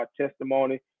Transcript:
testimony